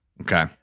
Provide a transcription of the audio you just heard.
Okay